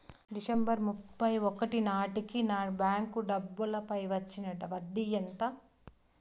December ముప్పై ఒకటి నాటేకి నా బ్యాంకు డబ్బుల పై వచ్చిన వడ్డీ ఎంత?